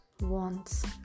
wants